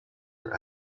are